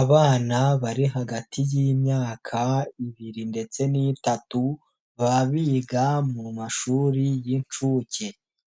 Abana bari hagati y'imyaka ibiri ndetse n'itatu baba biga mu mashuri y'inshuke,